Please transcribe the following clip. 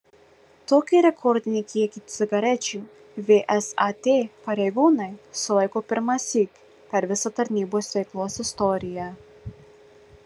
tokį rekordinį kiekį cigarečių vsat pareigūnai sulaiko pirmąsyk per visą tarnybos veiklos istoriją